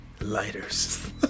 Lighters